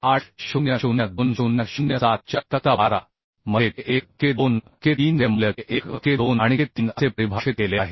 800 2007 च्या तक्ता 12 मध्ये K 1 K 2 K 3 चे मूल्य K 1 K 2 आणि K 3 असे परिभाषित केले आहे